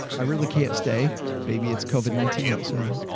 i really can't stay baby. it's covered nineteen outside.